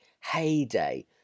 heyday